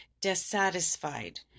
dissatisfied